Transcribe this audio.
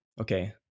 Okay